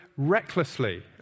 recklessly